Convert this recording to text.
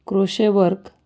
crochet work